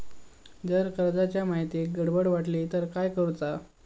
जर कर्जाच्या माहितीत गडबड वाटली तर काय करुचा?